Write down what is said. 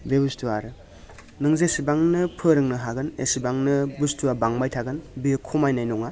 बे बुस्थुआ आरो नों जेसेबांनो फोरोंनो हागोन एसेबांनो बुस्थुआ बांबाय थागोन बे खमायनाय नङा